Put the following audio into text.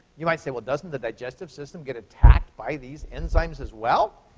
you might say, well, doesn't the digestive system get attacked by these enzymes as well?